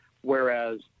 whereas